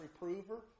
reprover